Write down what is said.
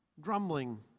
Grumbling